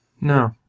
No